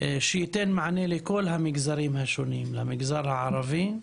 שייתן מענה לכל המגזרים השונים למגזר הערבי,